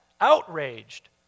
outraged